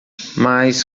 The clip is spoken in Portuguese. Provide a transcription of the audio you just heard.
mas